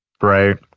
Right